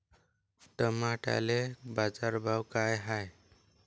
टमाट्याले बाजारभाव काय हाय?